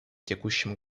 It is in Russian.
текущем